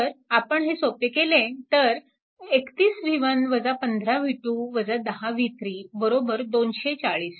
तर आपण हे सोपे केले तर 31 v1 15 v2 10 v3 240